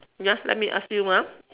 ya let me ask you ah